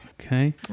Okay